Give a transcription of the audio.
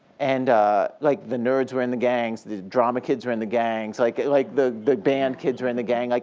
and like the nerds were in the gangs, the drama kids were in the gangs, like like the the band kids were in the gang. like